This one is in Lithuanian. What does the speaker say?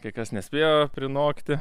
kai kas nespėjo prinokti